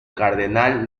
cardenal